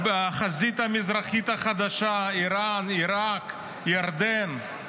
החזית המזרחית החדשה: איראן, עיראק, ירדן.